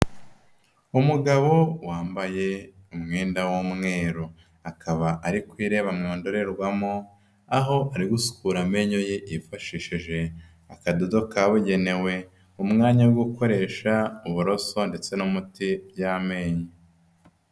Umugabo wambaye umwenda w'umweru. Akaba ari kwireba mu ndorerwamo, aho ari gusukura amenyo ye yifashishije akadodo kabugenewe, mu mwanya wo gukoresha uburoso ndetse n'umuti by'amenyo.